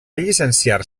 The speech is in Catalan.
llicenciar